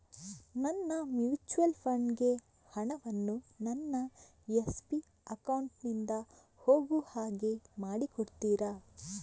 ನನ್ನ mutual fund ಗೆ ಹಣ ವನ್ನು ನನ್ನ ಎಸ್.ಬಿ ಅಕೌಂಟ್ ನಿಂದ ಹೋಗು ಹಾಗೆ ಮಾಡಿಕೊಡುತ್ತೀರಾ?